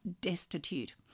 destitute